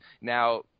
now